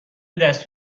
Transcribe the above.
دست